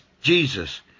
Jesus